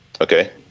Okay